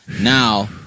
Now